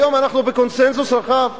היום אנחנו בקונסנזוס רחב,